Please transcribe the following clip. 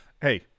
hey